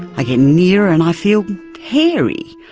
i get near and i feel hairy,